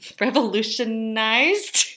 revolutionized